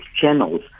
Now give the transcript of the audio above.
channels